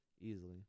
easily